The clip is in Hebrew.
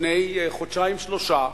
לפני חודשיים, שלושה,